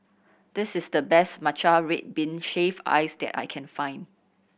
this is the best matcha red bean shaved ice that I can find